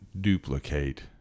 duplicate